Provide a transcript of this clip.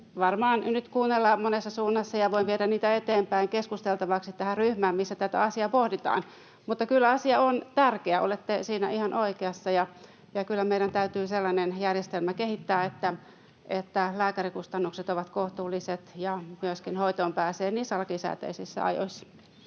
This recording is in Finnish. varmaan nyt kuunnellaan monessa suunnassa, ja voin viedä niitä eteenpäin keskusteltavaksi tähän ryhmään, missä tätä asiaa pohditaan. Mutta kyllä asia on tärkeä, olette siinä ihan oikeassa, ja kyllä meidän täytyy sellainen järjestelmä kehittää, että lääkärikustannukset ovat kohtuulliset ja myöskin hoitoon pääsee niissä lakisääteisissä ajoissa.